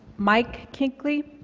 mike kinkley